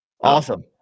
Awesome